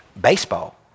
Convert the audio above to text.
baseball